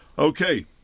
Okay